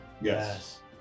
Yes